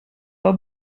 pas